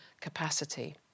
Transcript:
capacity